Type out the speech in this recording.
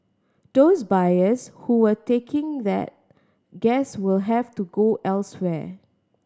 those buyers who were taking that gas will have to go elsewhere